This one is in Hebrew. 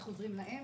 איך עוזרים להם?